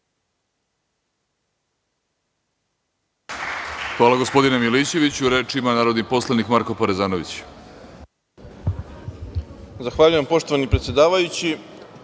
Hvala gospodine Milićeviću. Reč ima narodni poslanik Marko Parezanović.